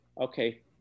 okay